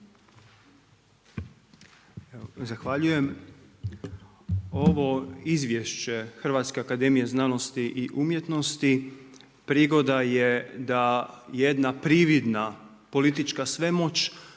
Zahvaljujem. Ovo Izvješće Hrvatske akademije znanosti i umjetnosti prigoda je da jedna prividna politička svemoć